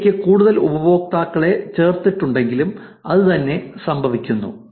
ഇതിലേക്ക് കൂടുതൽ ഉപയോക്താക്കളെ ചേർത്തിട്ടുണ്ടെങ്കിലും ഇത് തന്നെ സംഭവിക്കുന്നു